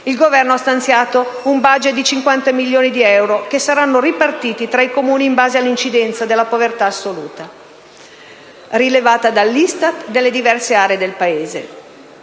Il Governo ha stanziato un *budget* di 50 milioni di euro che saranno ripartiti tra i Comuni in base all'incidenza della povertà assoluta rilevata dall'ISTAT nelle diverse aree del Paese.